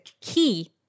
key